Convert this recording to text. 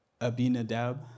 Abinadab